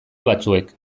batzuek